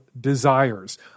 desires